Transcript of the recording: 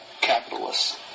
capitalists